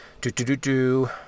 Do-do-do-do